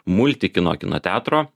multikino kino teatro